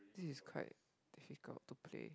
this is quite difficult to play